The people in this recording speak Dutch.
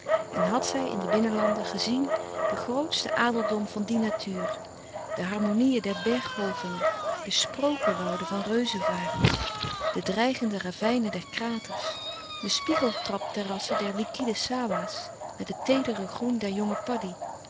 en had zij in de binnenlanden gezien den grootschen adeldom van die natuur de harmonieën der louis couperus de stille kracht berggolvingen de sprokewouden van reuzevarens de dreigende ravijnen der kraters de spiegeltrapterrassen der liquide sawah's met het teedere groen der jonge paddi